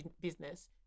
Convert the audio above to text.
business